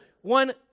one